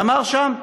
ואמר שם: